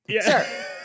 sir